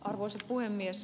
arvoisa puhemies